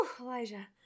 Elijah